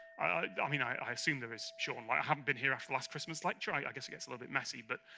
i mean i i assume there is sean, like i haven't been here after last christmas like sure i i guess it gets a little bit messy, but